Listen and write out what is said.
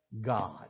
God